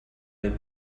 oedd